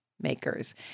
Makers